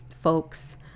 folks